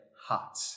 hot